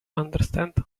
understand